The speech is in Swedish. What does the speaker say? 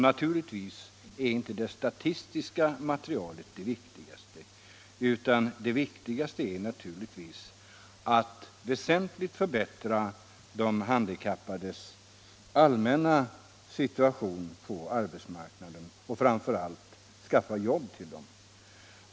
Naturligtvis är inte det statistiska materialet det viktigaste, utan det viktigaste är att väsentligt förbättra de handikappades allmänna situation på arbetsmarknaden — och framför allt skaffa jobb till dem.